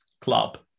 club